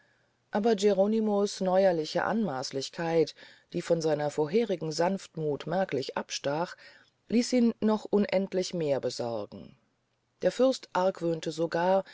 aber geronimo's neuerliche anmaaßlichkeit die von seiner vorherigen sanftmuth merklich abstach ließ ihn noch unendlich mehr besorgen der fürst argwöhnte sogar